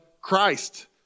Christ